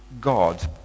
God